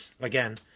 again